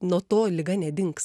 nuo to liga nedings